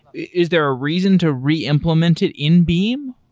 is there ah reason to reimplement it in beam?